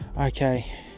Okay